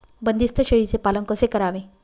बंदिस्त शेळीचे पालन कसे करावे?